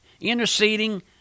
interceding